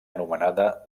anomenada